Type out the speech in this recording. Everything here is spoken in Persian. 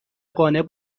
قانع